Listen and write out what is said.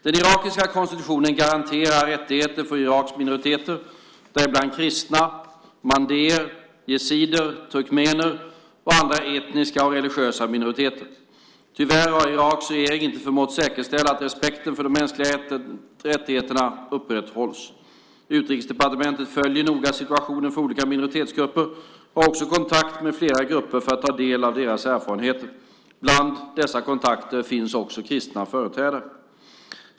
Den irakiska konstitutionen garanterar rättigheter för Iraks minoriteter, däribland kristna, mandéer, jezidier, turkmener och andra etniska och religiösa minoriteter. Tyvärr har Iraks regering inte förmått säkerställa att respekten för de mänskliga rättigheterna upprätthålls. Utrikesdepartementet följer noga situationen för olika minoritetsgrupper och har också kontakt med flera grupper för att ta del av deras erfarenheter. Bland dessa kontakter finns också kristna företrädare.